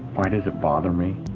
why does it bother me?